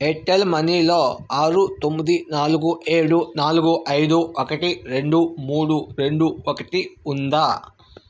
Airtel మనీలో ఆరు తొమ్మిది నాలుగు ఏడు నాలుగు ఐదు ఒకటి రెండు మూడు రెండు ఒకటి ఉందా